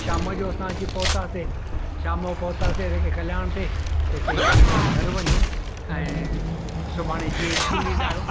शाम जो असां अची पहुंतासीं शाम जो पहुंतासीं कल्याण ते त चईं हाणे तव्हां घर वञो ऐं सुभाणे जीअं स्कूल ईंदा आयो